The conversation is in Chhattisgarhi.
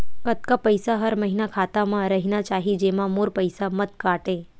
कतका पईसा हर महीना खाता मा रहिना चाही जेमा मोर पईसा मत काटे?